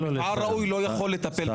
הראוי לא יכול לטפל ביונים.